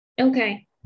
Okay